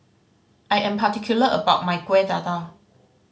I am particular about my Kueh Dadar